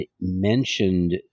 mentioned